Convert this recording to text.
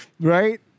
right